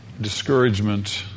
discouragement